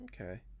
Okay